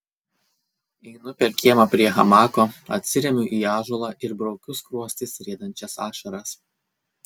einu per kiemą prie hamako atsiremiu į ąžuolą ir braukiu skruostais riedančias ašaras